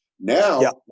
Now